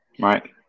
Right